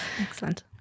Excellent